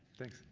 thanks.